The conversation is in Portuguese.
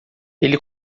ele